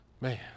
Man